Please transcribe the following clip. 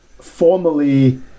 formally